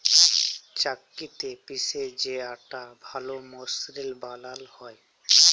চাক্কিতে পিসে যে আটা ভাল মসৃল বালাল হ্যয়